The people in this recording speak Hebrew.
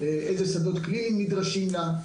איזה שדות קליניים נדרשים לה.